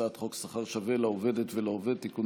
הצעת חוק שכר שווה לעובדת ולעובד (תיקון